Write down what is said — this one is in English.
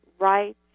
Right